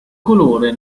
colore